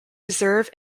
reserve